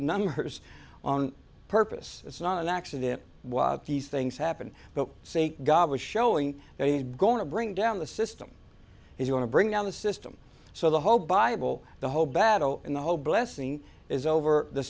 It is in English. numbers on purpose it's not an accident why these things happen but say god was showing that he's going to bring down the system he's going to bring down the system so the whole bible the whole battle and the whole blessing is over the